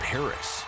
Paris